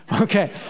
Okay